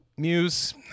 Muse